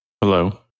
Hello